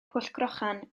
pwllcrochan